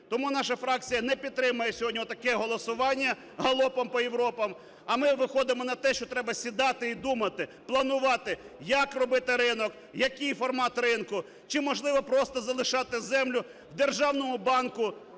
Тому наша фракція не підтримає сьогодні таке голосування "галопом по Європам". А ми виходимо на те, що треба сідати і думати, планувати, як робити ринок, який формат ринку чи можливо просто залишати землю в державному банку,